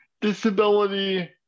disability